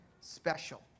special